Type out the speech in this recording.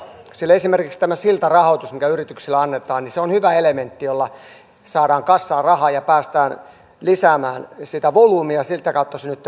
esimerkiksi tämä siltarahoitus mikä yrityksille annetaan on hyvä elementti jolla saadaan kassaan rahaa ja päästään lisäämään sitä volyymiä ja sieltä kautta synnyttämään työpaikkoja